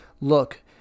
Look